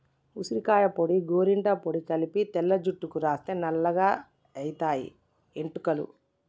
ఉసిరికాయ పొడి గోరింట పొడి కలిపి తెల్ల జుట్టుకు రాస్తే నల్లగాయితయి ఎట్టుకలు